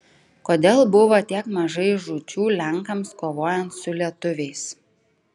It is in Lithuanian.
kodėl buvo tiek mažai žūčių lenkams kovojant su lietuviais